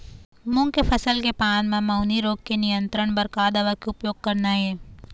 मूंग के फसल के पान म मैनी रोग के नियंत्रण बर का दवा के उपयोग करना ये?